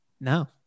no